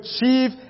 achieve